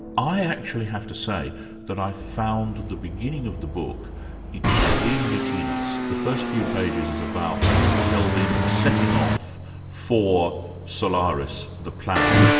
i actually have to say that i found the beginning of the book extremely tedious. the first few pages is about kelvin setting off for solaris, the planet.